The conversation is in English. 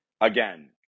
again